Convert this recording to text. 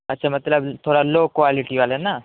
اچھا مطلب تھوڑا لو کوالٹی والا نا